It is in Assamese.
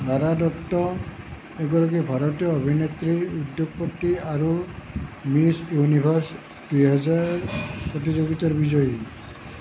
লাৰা দত্ত এগৰাকী ভাৰতীয় অভিনেত্ৰী উদ্যোগপতি আৰু মিছ ইউনিভাৰ্ছ দুহেজাৰ প্ৰতিযোগিতাৰ বিজয়ী